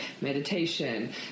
meditation